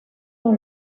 dans